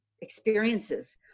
experiences